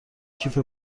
کیف